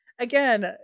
again